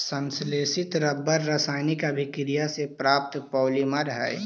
संश्लेषित रबर रासायनिक अभिक्रिया से प्राप्त पॉलिमर हइ